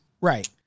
Right